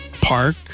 park